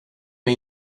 mig